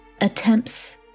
attempts